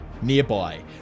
Nearby